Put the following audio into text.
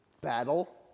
battle